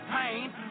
pain